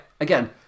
Again